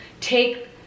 take